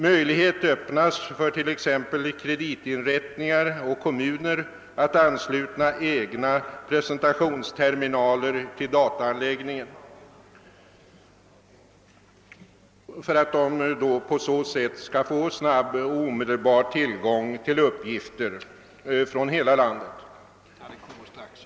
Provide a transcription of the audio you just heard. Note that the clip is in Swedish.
Möjlighet öppnas för t.ex. kreditinrättningar och kommuner att ansluta egna presentationsterminaler till dataanläggningen för att på så sätt snabbt och omedelbart få tillgång till uppgifter från hela landet.